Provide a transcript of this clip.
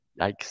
Yikes